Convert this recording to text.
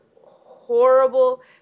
horrible